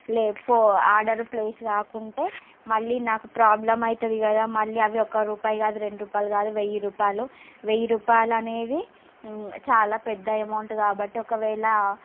లే పో order place కాకుంటే మళ్ళీ నాకు ప్రాబ్లమ్ అవుతుంది కదా మళ్ళీ అవి ఒక రూపాయి కాదు రెండు రూపాయలు కాదు వెయ్యి రూపాయలు వెయ్యి రూపాయలు అనేది చాలా పెద్ద అమౌంట్ కాబట్టి ఒకవేళ